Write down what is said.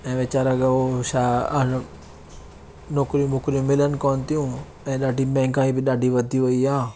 ऐं वेचारा हो छा नौकरियूं ॿोकिरियूं मिलनि कोन थियूं ऐं ॾाढी महांगाई बि ॾाढी वधी वई आहे